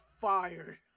fired